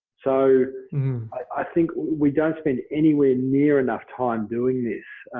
so i think we don't spend anywhere near enough time doing this.